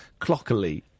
clockily